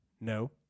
No